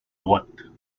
droite